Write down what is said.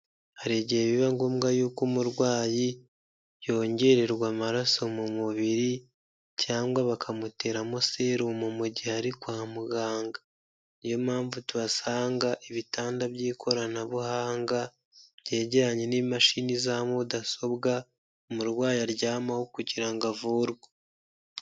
Hari igihe biba ngombwa y'uko umurwayi, yongererwa amaraso mu mubiri cyangwa bakamuteramo serumu mu gihe ari kwa muganga. Niyo mpamvu tuhasanga ibitanda by'ikoranabuhanga, byegeranye n'imashini za mudasobwa, umurwayi aryamaho kugira ngo avurwe.